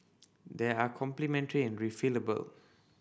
they are complementary and refillable